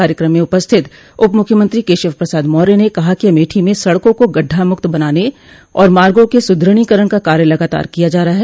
कार्यक्रम में उपस्थित उप मुख्यमंत्री केशव प्रसाद मौर्य ने कहा कि अमेठी में सड़कों को गढ्ढा मुक्त बनाने और मार्गो के सुदृढ़ीकरण का कार्य लगातार किया जा रहा है